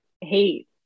hate